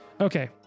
Okay